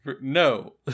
No